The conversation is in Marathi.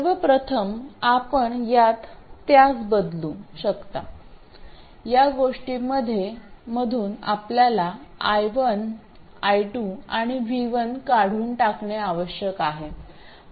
सर्व प्रथम आपण यात त्यास बदलू शकता या गोष्टींमधून आपल्याला i1 i2 आणि V1 काढून टाकणे आवश्यक आहे